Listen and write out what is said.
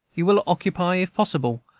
you will occupy, if possible,